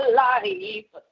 life